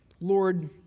Lord